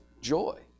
joy